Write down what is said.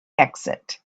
exit